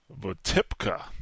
Votipka